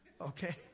okay